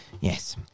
yes